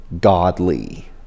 godly